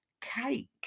cake